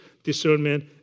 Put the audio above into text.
discernment